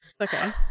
Okay